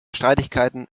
streitigkeiten